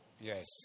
Yes